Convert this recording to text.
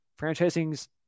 franchising's